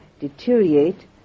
deteriorate